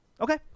Okay